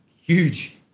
huge